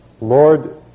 Lord